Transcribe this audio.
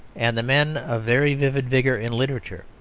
and the men of very vivid vigour in literature,